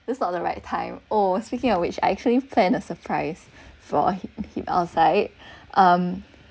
that's not the right time or speaking of which I actually plan a surprise for him outside um